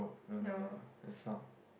no no no no it's no